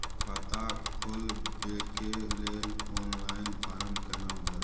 खाता खोलबेके लेल ऑनलाइन फारम केना भरु?